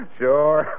sure